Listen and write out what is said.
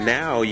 now